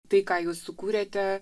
tai ką jūs sukūrėte